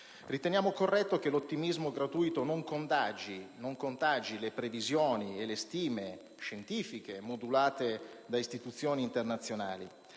Riteniamo corretto che l'ottimismo gratuito non contagi le previsioni e le stime scientifiche modulate da istituzioni internazionali;